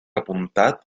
apuntat